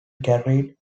carried